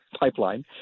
Pipeline